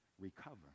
recover